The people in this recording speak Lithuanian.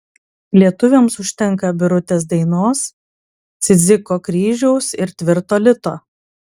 lietuviams užtenka birutės dainos cidziko kryžiaus ir tvirto lito